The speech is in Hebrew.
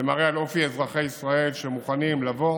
זה מראה על אופי אזרחי ישראל שמוכנים לבוא